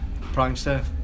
prankster